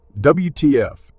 WTF